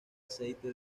aceite